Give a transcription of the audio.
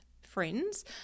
friends